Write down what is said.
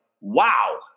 wow